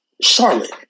Charlotte